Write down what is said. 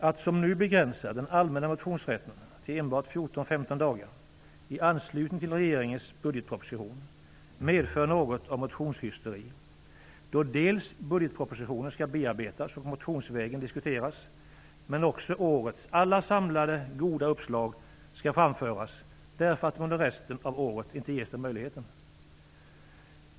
Att som nu begränsa den allmänna motionsrätten till enbart 14-15 dagar i anslutning till regeringens budgetproposition medför något av motionshysteri då budgetpropositionen skall bearbetas och motionsvägen diskuteras men också då årets alla samlade goda uppslag skall framföras, därför att de under resten av året inte ges den möjligheten.